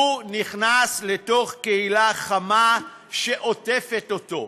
הוא נכנס לתוך קהילה חמה שעוטפת אותו,